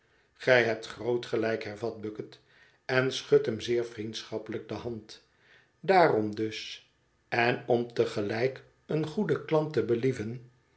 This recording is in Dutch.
gij hebt groot gelijk hervat bucket en schudt hem zeer vriendschappelijk de hand daarom dus en om te gelijk een goeden klant te believen